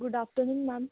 good afternoon ma'am